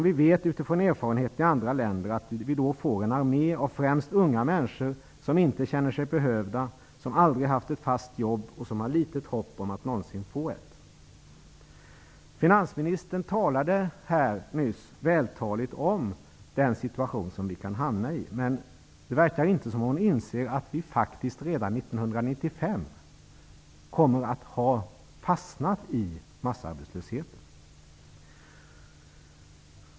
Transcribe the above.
Vi vet utifrån erfarenheten i andra länder att vi då får en armé av främst unga människor som inte känner sig behövda, som aldrig har haft ett fast jobb och som har litet hopp om att någonsin få ett. Finansministern talade här nyss vältaligt om den situation som vi kan hamna i. Men det verkar inte som att hon inser att vi faktiskt redan 1995 kommer att ha fastnat i massarbetslösheten.